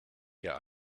der